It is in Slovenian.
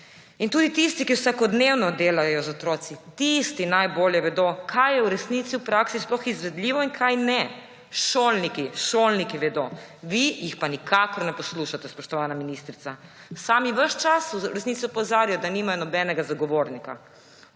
otrok. Tisti, ki vsakodnevno delajo z otroki, tisti najbolje vedo, kaj je v resnici v praksi sploh izvedljivo in kaj ni. Šolniki, šolniki vedo, vi jih pa nikakor ne poslušate, spoštovana ministrica. Sami ves čas v resnici opozarjajo, da nimajo nobenega zagovornika.